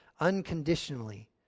unconditionally